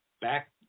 back